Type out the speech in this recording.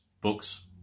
Books